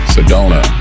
Sedona